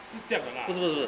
是这样的吗